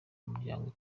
umuryango